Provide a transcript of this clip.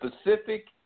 specific –